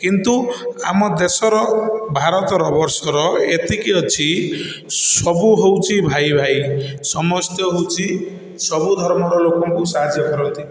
କିନ୍ତୁ ଆମ ଦେଶର ଭାରତର ବର୍ଷର ଏତିକି ଅଛି ସବୁ ହଉଛି ଭାଇ ଭାଇ ସମସ୍ତେ ହଉଛି ସବୁ ଧର୍ମର ଲୋକଙ୍କୁ ସାହାଯ୍ୟ କରନ୍ତି